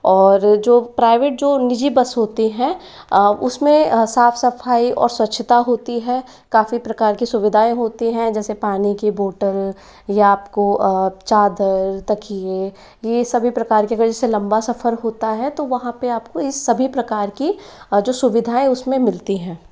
और जो प्राइवेट जो निजी बस होती है उसमें साफ़ सफ़ाई और स्वच्छता होती है काफ़ी प्रकार की सुविधाएँ होती है जैसे पानी की बॉटल या आपको चादर तकिये यह सभी प्रकार की कोई जैसे लम्बा सफ़र होता है तो वहाँ पर आपको यह सभी प्रकार की जो सुविधाएँ है उसमें मिलती हैं